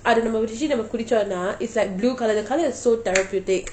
அது நம்ம குடடிச்சோனா:athu namma kudichona is like blue colour the colour is so therapeutic